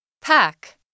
Pack